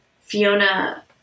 Fiona